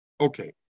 Okay